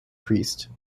priest